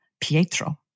Pietro